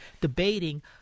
debating